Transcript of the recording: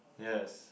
yes